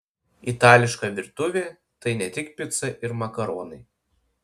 itališka virtuvė tai ne tik pica ir makaronai